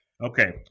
okay